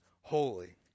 holy